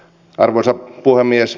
arvoisa puhemies